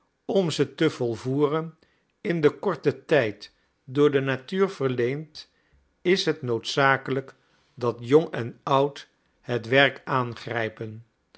om ze te volvoeren in den korten tijd door de natuur verleend is het noodzakelijk dat jong en oud het werk aangrijpen